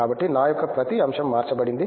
కాబట్టి నా యొక్క ప్రతి అంశం మార్చబడింది